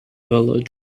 village